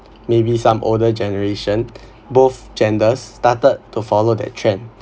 maybe some older generation both genders started to follow that trend